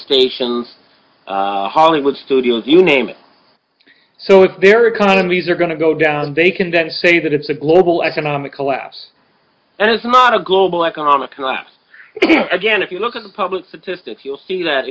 stations hollywood studios you name it so if their economies are going to go down they can then say that it's a global economic collapse and it's not a global economic collapse again if you look at the public statistics you'll see that